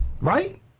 Right